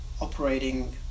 operating